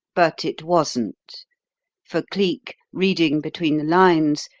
but it wasn't for cleek, reading between the lines,